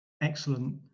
excellent